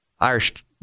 irish